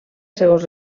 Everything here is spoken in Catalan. segons